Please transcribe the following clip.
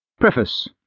Preface